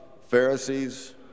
Pharisees